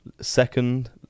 Second